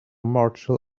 martial